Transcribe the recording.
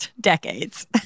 decades